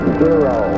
zero